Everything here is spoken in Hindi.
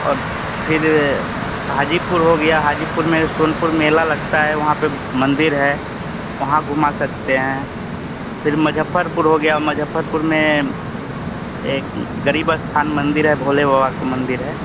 और फ़िर हाजीपुर हो गया हाजीपुर में सोनपुर मेला लगता है वहाँ पर मंदिर है वहाँ घुमा सकते हैं फ़िर मुज़्ज़फ़्फ़रपुर है मुज़्ज़फ़्फ़रपुर में एक गरीब स्थान मंदिर है भोले बाबा का मंदिर है